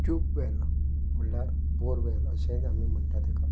tube well म्हणल्यार bore well अशेंच आमी म्हणटा ताका